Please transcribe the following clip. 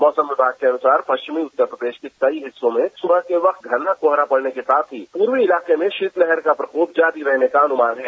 मौसम विभाग के अनुसार पश्चिमी उत्तर प्रदेश के कई हिस्सों में सुबह के वक्त घना कोहरा पड़ने के साथ ही पूर्वी इलाके में शीतलहर का प्रकोप जारी रहने का अनुमान है